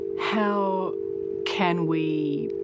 how can we